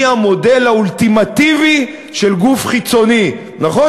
היא המודל האולטימטיבי של גוף חיצוני, נכון?